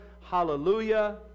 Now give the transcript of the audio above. Hallelujah